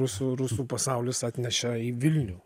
rusų rusų pasaulis atneša į vilnių